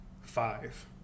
five